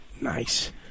Nice